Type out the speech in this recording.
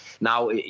now